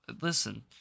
listen